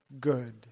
good